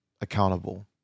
accountable